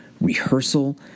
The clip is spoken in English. rehearsal